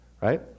right